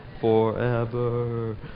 Forever